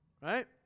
Right